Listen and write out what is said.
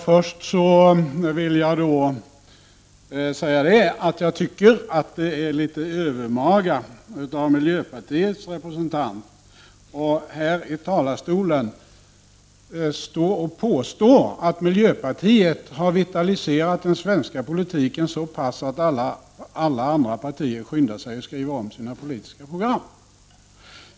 Först vill jag säga att det är litet övermaga av miljöpartiets representanter att här i talarstolen påstå att miljöpartiet har vitaliserat den svenska politiken så pass att alla andra partier skyndar sig att skriva om sina politiska program.